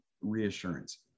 reassurance